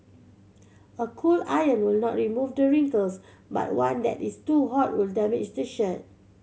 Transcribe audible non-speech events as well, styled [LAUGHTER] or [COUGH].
a cool iron will not remove the wrinkles but one that is too hot will damage [UNINTELLIGIBLE] the shirt